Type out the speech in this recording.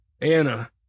Anna